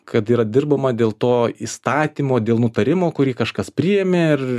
kad yra dirbama dėl to įstatymo dėl nutarimo kurį kažkas priėmė ir